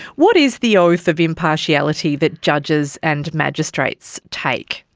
what is the oath of impartiality that judges and magistrates take?